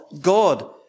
God